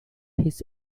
his